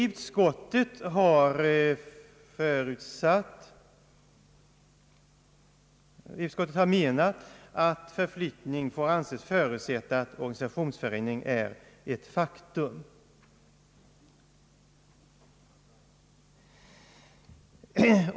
Utskottet har menat att förflyttning får anses förutsätta att organisationsförändringen är ett faktum.